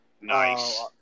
Nice